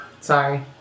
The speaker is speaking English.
Sorry